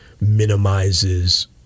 minimizes